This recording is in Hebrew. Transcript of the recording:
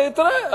ותראה,